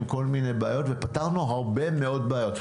עם כל מיני בעיות ופתרנו הרבה מאוד בעיות,